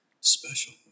special